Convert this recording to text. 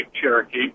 Cherokee